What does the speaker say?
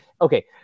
okay